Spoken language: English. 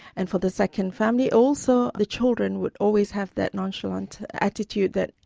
and for the second family also the children would always have that nonchalant attitude that,